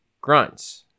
grunts